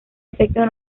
efectos